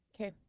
Okay